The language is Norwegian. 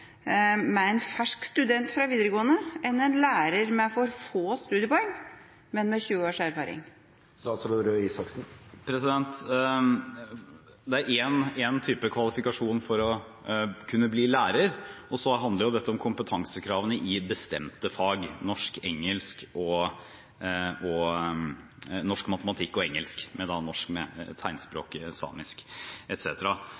med en fersk student fra videregående enn med en lærer med for få studiepoeng, men med 20 års erfaring. Det er en type kvalifikasjon for å kunne bli lærer, og så handler dette om kompetansekravene i bestemte fag: norsk, matematikk og engelsk – norsk da med tegnspråk, samisk